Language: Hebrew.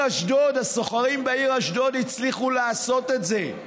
הסוחרים בעיר אשדוד הצליחו לעשות את זה.